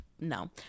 No